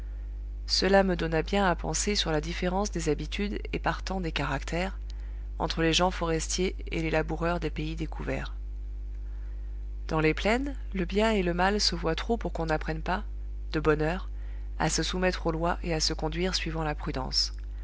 cela me donna bien à penser sur la différence des habitudes et partant des caractères entre les gens forestiers et les laboureurs des pays découverts dans les plaines le bien et le mal se voient trop pour qu'on n'apprenne pas de bonne heure à se soumettre aux lois et à se conduire suivant la prudence